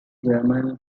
germany